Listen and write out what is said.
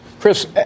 Chris